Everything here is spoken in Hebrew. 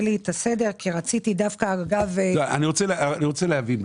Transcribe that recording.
אני רוצה להבין.